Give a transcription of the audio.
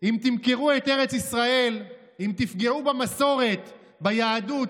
אם תמכרו את ארץ ישראל, אם תפגעו במסורת, ביהדות,